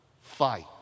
Fight